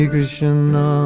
Krishna